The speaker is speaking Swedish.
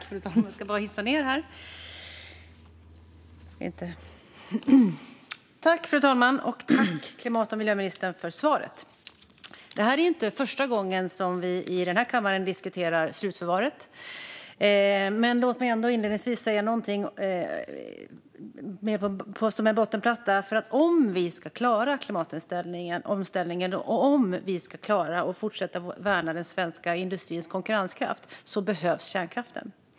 Fru talman! Tack, klimat och miljöministern, för svaret! Det här är inte första gången som vi i den här kammaren diskuterar slutförvaret. Men låt mig ändå inledningsvis säga, som en bottenplatta, att ifall vi ska klara av klimatomställningen och kunna fortsätta värna den svenska industrins konkurrenskraft så behövs kärnkraften.